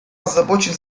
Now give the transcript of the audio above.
озабочен